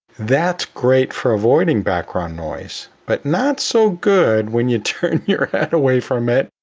that's great for avoiding background noise, but not so good when you turn your head away from it,